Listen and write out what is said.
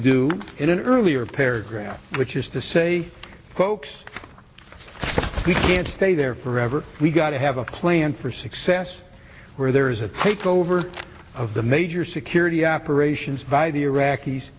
do in an earlier paragraph which is to say folks we can't stay there forever we've got to have a plan for success where there is a takeover of the major security operations by the iraqis